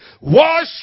Wash